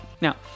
now